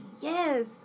Yes